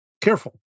careful